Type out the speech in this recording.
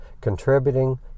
contributing